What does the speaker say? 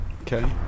Okay